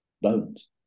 bones